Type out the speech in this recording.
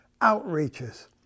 outreaches